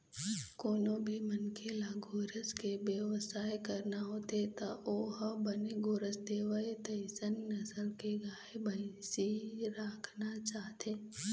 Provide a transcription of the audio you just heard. कोनो भी मनखे ल गोरस के बेवसाय करना होथे त ओ ह बने गोरस देवय तइसन नसल के गाय, भइसी राखना चाहथे